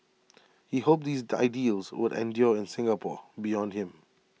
he hoped these would endure in Singapore beyond him